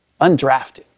undrafted